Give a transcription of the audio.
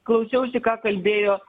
klausiausi ką kalbėjo